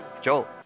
Joel